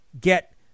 get